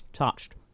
Touched